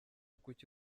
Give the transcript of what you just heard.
kuki